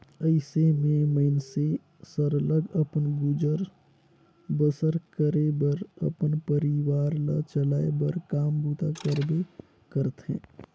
अइसे में मइनसे सरलग अपन गुजर बसर करे बर अपन परिवार ल चलाए बर काम बूता करबे करथे